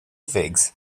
figs